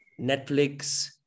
Netflix